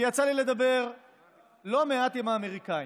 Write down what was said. כי יצא לי לדבר לא מעט עם האמריקנים,